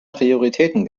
prioritäten